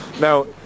Now